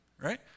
right